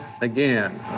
again